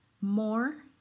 more